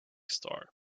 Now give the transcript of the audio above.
star